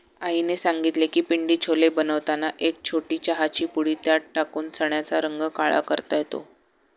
आईने सांगितले की पिंडी छोले बनवताना एक छोटी चहाची पुडी त्यात टाकून चण्याचा रंग काळा करता येतो